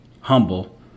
humble